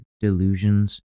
delusions